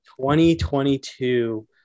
2022